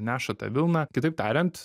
neša tą vilną kitaip tariant